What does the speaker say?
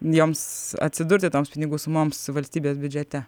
joms atsidurti toms pinigų sumoms valstybės biudžete